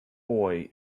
boy